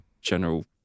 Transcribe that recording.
general